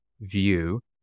view